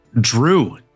Drew